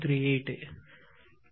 938